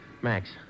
Max